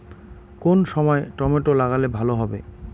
কোন সময় টমেটো লাগালে ভালো হবে?